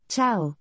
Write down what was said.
Ciao